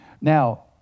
Now